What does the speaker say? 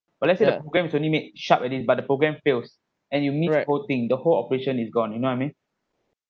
but let's say the program has only made sharpness but the program fails and you needs whole thing the whole operation is gone you know I mean